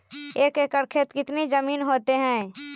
एक एकड़ खेत कितनी जमीन होते हैं?